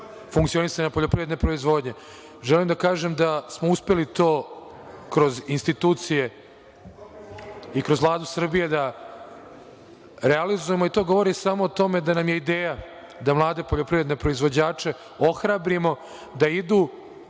funkcionisanja poljoprivredne proizvodnje. Želim da kažem da smo uspeli to kroz institucije i kroz Vladu Srbije da realizujemo. To govori samo o tome da nam je ideja da mlade poljoprivredne proizvođače ohrabrimo da,